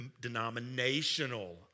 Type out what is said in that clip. denominational